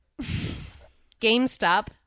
GameStop